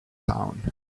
town